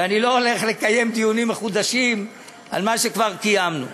ואני לא הולך לקיים דיונים מחודשים על מה שכבר דנו.